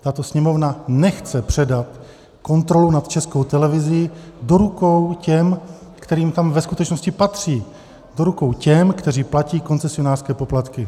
Tato Sněmovna nechce předat kontrolu nad Českou televizí do rukou těm, kterým to ve skutečnosti patří, do rukou těm, kteří platí koncesionářské poplatky.